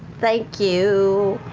thank you.